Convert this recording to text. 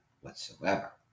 whatsoever